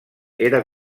era